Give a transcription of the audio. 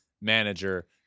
manager